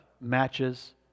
matches